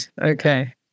Okay